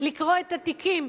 לקרוא את התיקים,